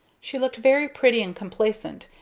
she looked very pretty and complacent,